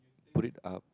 put it up